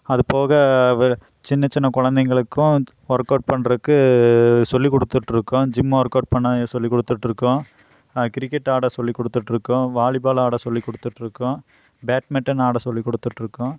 அதுபோக வ சின்னச் சின்ன குழந்தைங்களுக்கும் ஒர்க் அவுட் பண்றதுக்கு சொல்லிக் கொடுத்துகிட்டு இருக்கோம் ஜிம் ஒர்க் அவுட் பண்ண சொல்லிக் கொடுத்துட்டு இருக்கோம் கிரிக்கெட் ஆட சொல்லிக் கொடுத்துட்டு இருக்கோம் வாலிபால் ஆட சொல்லிக் கொடுத்துட்டு இருக்கோம் பேட்மிட்டன் ஆட சொல்லிக் கொடுத்துட்டு இருக்கோம்